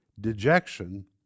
dejection